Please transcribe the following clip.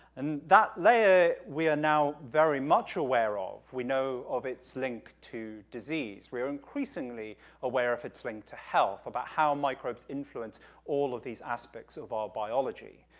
and that layer, we are now very much aware of, we know of its link to disease, we are increasingly aware of its link to health, about how microbes influence all of these aspects of our biology.